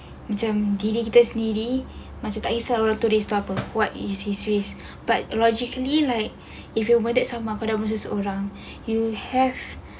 macam diri kita sendiri macam tak kisah orang tu race tu apa what is his race but logically like if you murder sama macam aku seorang you have